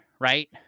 right